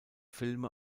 filme